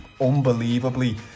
unbelievably